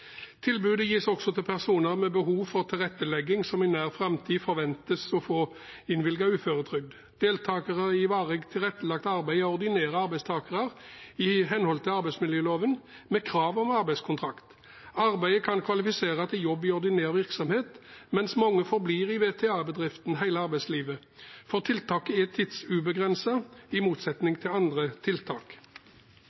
Tilbudet gis også til personer med behov for tilrettelegging som i nær framtid forventes å få innvilget uføretrygd. Deltakere i varig tilrettelagt arbeid er ordinære arbeidstakere i henhold til arbeidsmiljøloven, med krav om arbeidskontrakt. Arbeidet kan kvalifisere til jobb i ordinær virksomhet, men mange forblir i VTA-bedriften hele arbeidslivet, for tiltaket er tidsubegrenset, i motsetning